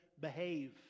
behave